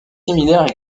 similaires